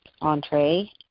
entree